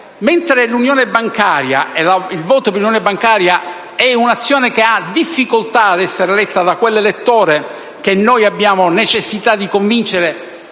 mentre il voto sull'unione bancaria è un'azione che ha difficoltà ad essere letta da quell'elettore che dobbiamo convincere